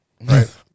right